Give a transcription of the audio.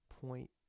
point